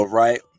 right